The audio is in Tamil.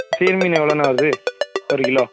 சீர் மீன் எவ்ளோண்ணா வருது ஒரு கிலோ